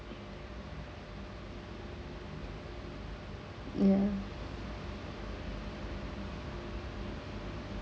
ya